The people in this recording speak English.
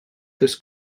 this